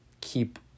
keep